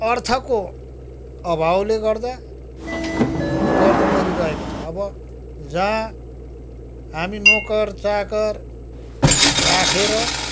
अर्थको अभावले गर्दा गर्नु परिरहेको छ अब जहाँ हामी नोकर चाकर राखेर